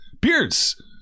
Beards